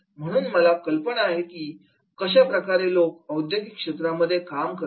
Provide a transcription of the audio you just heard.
म्हणून मला कल्पना आहे की कशा पद्धतीने लोक औद्योगिक क्षेत्रात काम करतात